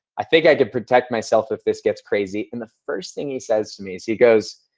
i think i can protect myself if this gets crazy. and the first thing he says to me is he goes,